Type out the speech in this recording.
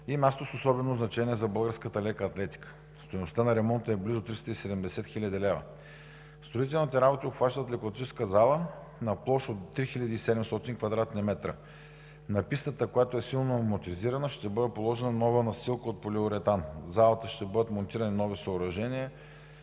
и място с особено значение за българската лека атлетика. Стойността на ремонта е близо 370 хил. лв., строителните работи обхващат лекоатлетическа зала на площ от 3700 кв. м. На пистата, която е силно амортизирана, ще бъде положена нова настилка от полиуретан. В залата ще бъдат монтирани нови съоръжения